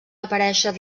aparèixer